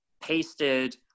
pasted